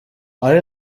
hari